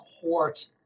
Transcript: Court